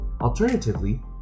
Alternatively